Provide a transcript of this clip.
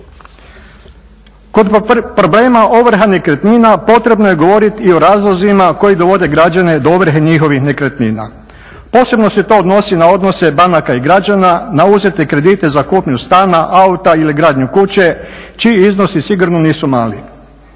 Kod problema ovrha nekretnina, potrebno je govoriti i o razlozima koji dovode građane do ovrhe njihovih nekretnina. Posebno se to odnosi na odnose banaka i građana, na uzete kredite za kupnju stana, auta ili gradnju kuće čiji iznosi sigurno nisu mali.